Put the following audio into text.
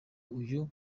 uyu